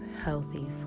healthy